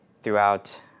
throughout